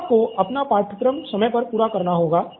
शिक्षिका को अपना पाठ्यक्रम समय पर पूरा करना होगा